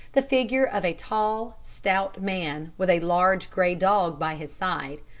the figure of a tall, stout man with a large, grey dog by his side.